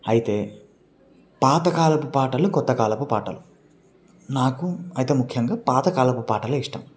అయితే పాతకాలపు పాటలు కొత్తకాలపు పాటలు నాకు అయితే ముఖ్యంగా పాతకాలపు పాటలే ఇష్టం